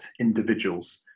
individuals